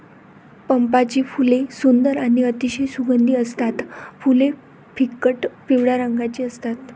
चंपाची फुले सुंदर आणि अतिशय सुगंधी असतात फुले फिकट पिवळ्या रंगाची असतात